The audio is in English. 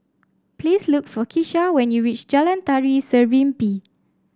please look for Kesha when you reach Jalan Tari Serimpi